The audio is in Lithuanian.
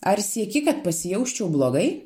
ar sieki kad pasijausčiau blogai